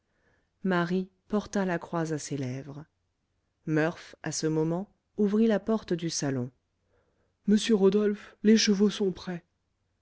marie porta la croix à ses lèvres murph à ce moment ouvrit la porte du salon monsieur rodolphe les chevaux sont prêts